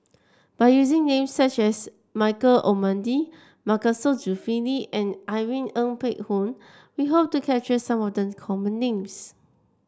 by using names such as Michael Olcomendy Masagos Zulkifli and Irene Ng Phek Hoong we hope to capture some of the common names